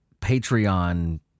Patreon